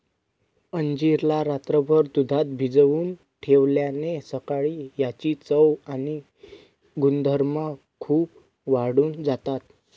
अंजीर ला रात्रभर दुधात भिजवून ठेवल्याने सकाळी याची चव आणि गुणधर्म खूप वाढून जातात